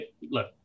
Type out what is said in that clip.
look